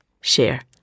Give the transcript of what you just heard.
share